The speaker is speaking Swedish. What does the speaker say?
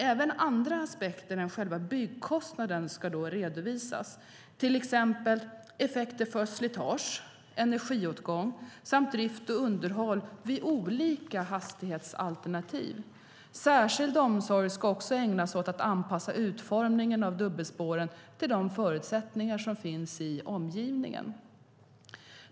Även andra aspekter än själva byggkostnaden ska då redovisas, till exempel effekter för slitage, energiåtgång samt drift och underhåll vid olika hastighetsalternativ. Särskild omsorg ska också ägnas åt att anpassa utformningen av dubbelspåren till de förutsättningar som finns i omgivningen.